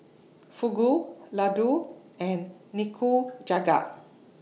Fugu Ladoo and Nikujaga